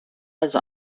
also